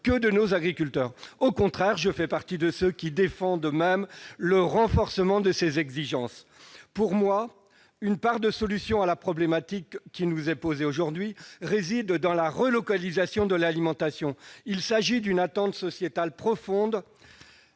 que de nos agriculteurs. Au contraire, je fais partie de ceux qui défendent le renforcement de ces exigences. Selon moi, une part de la solution à la problématique posée aujourd'hui réside dans la relocalisation de l'alimentation. Il s'agit d'une attente sociétale profonde,